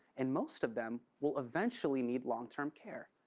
and most of them will eventually need long-term care,